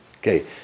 Okay